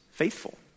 faithful